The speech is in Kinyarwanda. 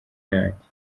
yanjye